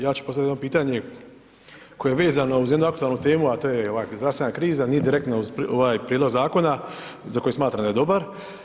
Ja ću postavit jedno pitanje koje je vezano uz jednu aktualnu temu, a to je ova zdravstvena kriza, nije direktno uz ovaj prijedlog zakona za koji smatram da je dobar.